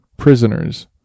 Prisoners